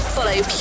Follow